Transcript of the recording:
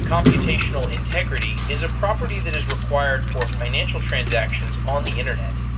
computational integrity is a property that is required for financial transactions on the internet.